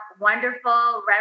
wonderful